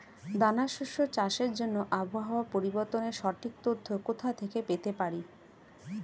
দানা শস্য চাষের জন্য আবহাওয়া পরিবর্তনের সঠিক তথ্য কোথা থেকে পেতে পারি?